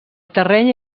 terreny